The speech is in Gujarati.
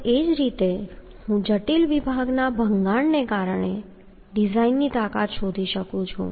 અને એ જ રીતે હું જટિલ વિભાગના ભંગાણ ના કારણે ડિઝાઇનની તાકાત શોધી શકું છું